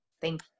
Thank